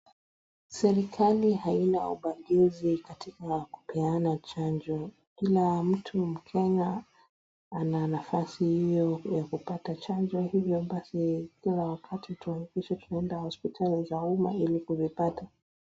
Serikali haina ubaguzi katika kupeana chanjo. Kila mtu mkenya ana nafasi hiyo ya kupata chanjo hivyo basi kila wakati tuhakikishe tunaenda hospitali za umma ili kuvipata.